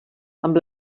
amb